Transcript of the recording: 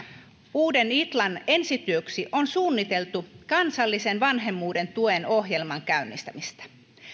uuden itlan ensi työksi on suunniteltu kansallisen vanhemmuuden tuen ohjelman käynnistämistä